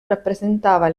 rappresentava